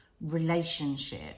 relationship